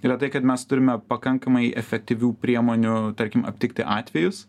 yra tai kad mes turime pakankamai efektyvių priemonių tarkim aptikti atvejus